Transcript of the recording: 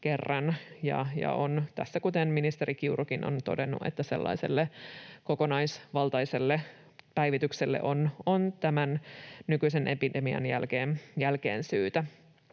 ja kuten ministeri Kiurukin on todennut, sellaiselle kokonaisvaltaiselle päivitykselle on tämän nykyisen epidemian jälkeen syytä.